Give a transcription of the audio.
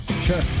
Sure